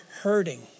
hurting